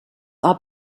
are